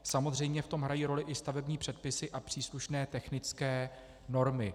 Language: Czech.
Samozřejmě v tom hrají roli i stavební předpisy a příslušné technické normy.